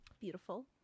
Beautiful